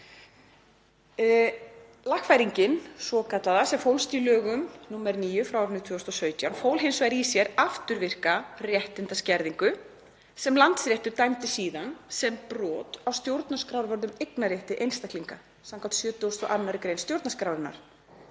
Lagfæringin svokallaða, sem fólst í lögum nr. 9/2017, fól hins vegar í sér afturvirka réttindaskerðingu sem Landsréttur dæmdi síðan sem brot á stjórnarskrárvörðum eignarrétti einstaklinga skv. 72. gr. stjórnarskrárinnar.